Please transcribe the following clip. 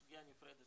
סוגיה נפרדת,